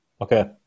Okay